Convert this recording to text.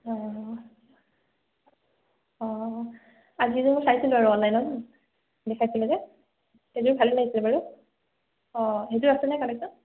অঁ অঁ অঁ আজি এযোৰ চাইছিলোঁ বাৰু অনলাইনত দেখাইছিলে যে সেইযোৰ ভাল লাগিছে বাৰু অঁ সেইযোৰ আছেনে কালেকশ্যন